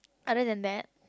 other than that